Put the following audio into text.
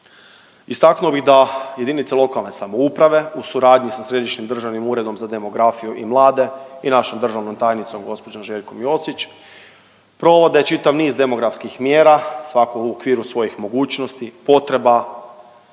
Istaknuo bi da jedinice lokalne samouprave u suradnji sa Središnjim državnim uredom za demografiju i mlade i našom državnom tajnicom gospođom Željkom Josić provode čitav niz demografskih mjera. Svako u okviru svojih mogućnosti, potreba,